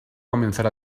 comenzar